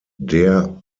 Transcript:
der